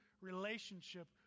relationship